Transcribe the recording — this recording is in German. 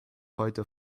heute